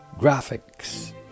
graphics